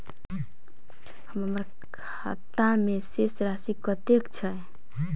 हम्मर खाता मे शेष राशि कतेक छैय?